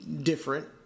different